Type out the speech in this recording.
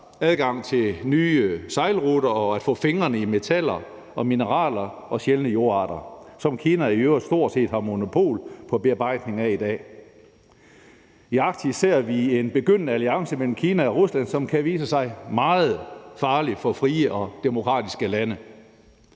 adgang til nye sejlruter og at få fingre i metaller og mineraler og sjældne jordarter, som Kina i øvrigt stort set har monopol på bearbejdning af i dag. I Arktis ser vi en begyndende alliance mellem Kina og Rusland, som kan vise sig meget farlig for frie og demokratiske lande.